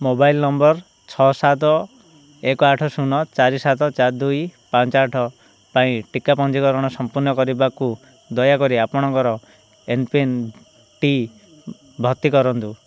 mobile number ଛଅ ସାତ ଏକ ଆଠ ଶୂନ ଚାରି ସାତ ଚାରି ଦୁଇ ପାଞ୍ଚ ଆଠ ପାଇଁ ଟିକା ପଞ୍ଜୀକରଣ ସଂପୂର୍ଣ୍ଣ କରିବାକୁ ଦୟାକରି ଆପଣଙ୍କର ଏମ୍ପିନ୍ଟି ଭର୍ତ୍ତି କରନ୍ତୁ